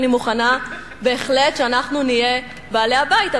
אני מוכנה בהחלט שאנחנו נהיה בעלי-הבית,